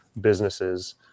businesses